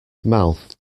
mouth